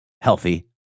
healthy